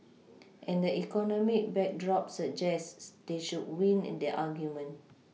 and the economic backdrop suggests they should win the argument